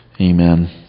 Amen